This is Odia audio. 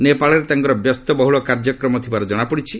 ନେପାଳରେ ତାଙ୍କର ବ୍ୟସ୍ତ ବହୁଳ କାର୍ଯ୍ୟକ୍ରମ ଥିବାର ଜଣାପଡ଼ିଛି